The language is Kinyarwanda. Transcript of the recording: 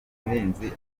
umuhinzi